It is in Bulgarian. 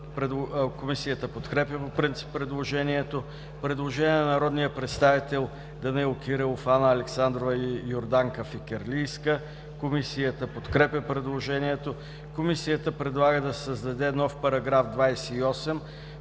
Комисията подкрепя предложението. Предложение на народните представители Данаил Кирилов, Анна Александрова и Йорданка Фикирлийска. Комисията подкрепя предложението. Комисията подкрепя по принцип